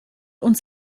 uns